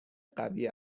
قوی